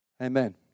Amen